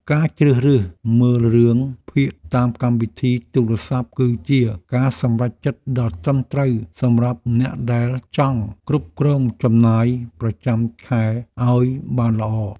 ការជ្រើសរើសមើលរឿងភាគតាមកម្មវិធីទូរស័ព្ទគឺជាការសម្រេចចិត្តដ៏ត្រឹមត្រូវសម្រាប់អ្នកដែលចង់គ្រប់គ្រងចំណាយប្រចាំខែឱ្យបានល្អ។